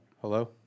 hello